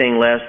less